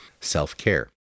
Self-care